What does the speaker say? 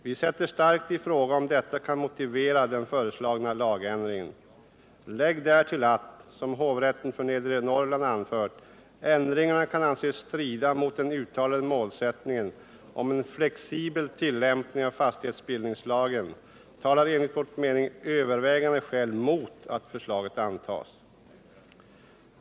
Vi sätter starkt i fråga om detta kan motivera den föreslagna lagändringen. Läggs därtill att —-som hovrätten för Nedre Norrland anfört — ändringarna kan anses strida mot den uttalade målsättningen om en flexibel tillämpning av fastighetsbildningslagen, talar enligt vår mening övervägande skäl mot att förslaget antas.